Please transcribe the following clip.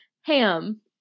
Ham